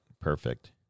perfect